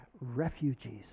refugees